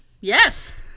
Yes